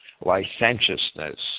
licentiousness